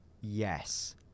yes